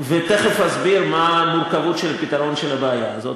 ותכף אסביר מה המורכבות של הפתרון של הבעיה הזאת.